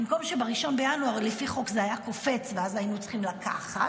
במקום שב-1 בינואר לפי חוק זה היה קופץ ואז היינו צריכים לקחת,